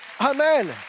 Amen